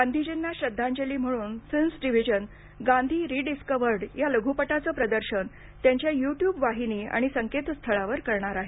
गांधीजींना श्रद्धांजली म्हणून फिल्म्स डिव्हिजन गांधी रीडिस्कव्हर्ड या लघुपटाचं प्रदर्शन त्यांच्या यू ट्यूब वाहिनी आणि संकेत स्थळावर करणार आहे